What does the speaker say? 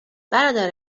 برادر